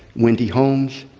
wendy holmes,